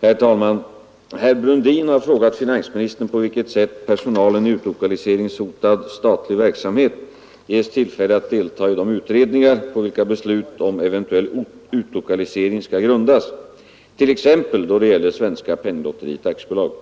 Herr talman! Herr Brundin har frågat finansministern på vilket sätt personalen i utlokaliseringshotad statlig verksamhet ges tillfälle att delta i de utredningar på vilka beslut om eventuell utlokalisering skall grundas, t.ex. då det gäller Svenska penninglotteriet AB.